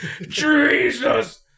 Jesus